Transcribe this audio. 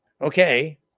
okay